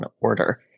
order